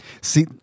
See